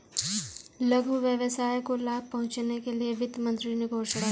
लघु व्यवसाय को लाभ पहुँचने के लिए वित्त मंत्री ने घोषणा की